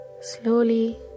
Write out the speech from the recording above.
slowly